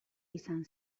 izan